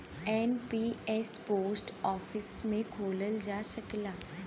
NPS post office में खोलल जा सकला